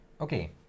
okay